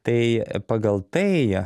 tai pagal tai